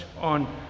on